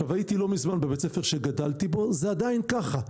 הייתי לא מזמן בבית הספר שגדלתי בו, זה עדיין ככה.